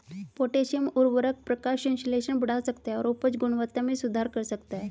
potassium उवर्रक प्रकाश संश्लेषण बढ़ा सकता है और उपज गुणवत्ता में सुधार कर सकता है